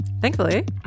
Thankfully